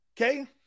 Okay